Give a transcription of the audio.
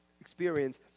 experience